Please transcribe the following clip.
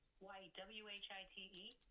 Y-W-H-I-T-E